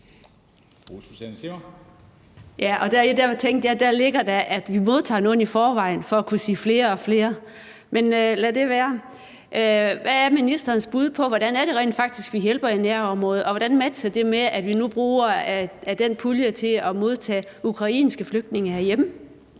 Hvad er ministerens bud på, hvordan vi rent faktisk hjælper i nærområdet? Og hvordan matcher det med, at vi nu bruger af den pulje til at modtage ukrainske flygtninge herhjemme?